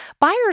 buyers